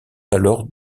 alors